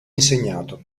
insegnato